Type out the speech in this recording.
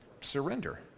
surrender